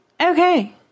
okay